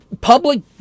public